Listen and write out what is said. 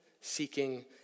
seeking